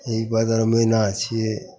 ई बदरमैना छिए